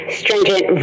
stringent